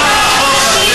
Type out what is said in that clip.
אחת.